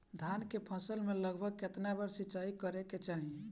धान के फसल मे लगभग केतना बेर सिचाई करे के चाही?